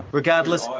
regardless,